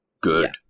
Good